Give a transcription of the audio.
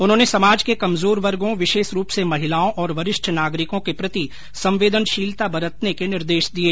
उन्होंने समाज के कमर्जार वर्गो विशेष रूप से महिलाओं और वरिष्ठ नागरिकों के प्रति संवेदनशीलता बरतने के निर्देश दिये